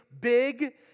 big